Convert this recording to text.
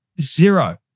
zero